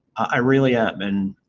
i really am. and